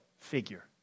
figure